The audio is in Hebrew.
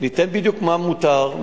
יאמר בדיוק מה מותר,